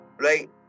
Right